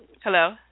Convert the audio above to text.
Hello